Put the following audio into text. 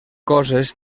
coses